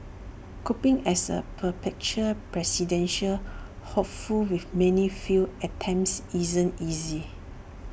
coping as A perpetual presidential hopeful with many failed attempts isn't easy